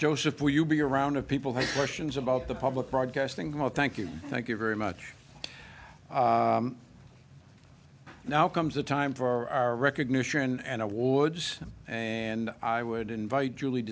josef will you be around people who question is about the public broadcasting well thank you thank you very much now comes the time for our recognition and awards and i would invite julie